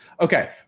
Okay